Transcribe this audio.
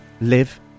live